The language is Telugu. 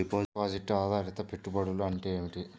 డిపాజిట్ ఆధారిత పెట్టుబడులు అంటే ఏమిటి?